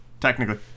technically